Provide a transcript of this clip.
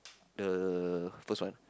the first one